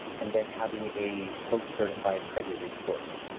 and then having a post-certified accredited course.